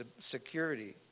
security